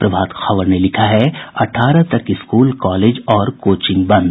प्रभात खबर ने लिखा है अठारह तक स्कूल कॉलेज और कोचिंग बंद